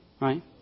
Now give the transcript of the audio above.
right